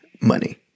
money